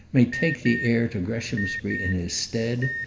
may take the heir to greshamsbury in his stead,